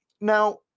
now